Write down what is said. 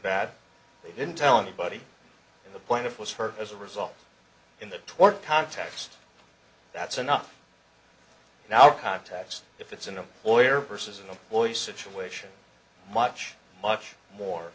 bad they didn't tell anybody in the point it was her as a result in the torture context that's enough now context if it's an employer versus an employee situation much much more